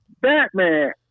Batman